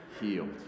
healed